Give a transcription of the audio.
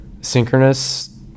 synchronous